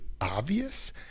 obvious